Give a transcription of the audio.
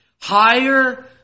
higher